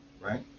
right